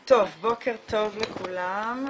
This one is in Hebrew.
בוקר טוב לכולם.